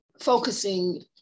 focusing